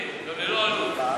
דיברתי על זה יפה.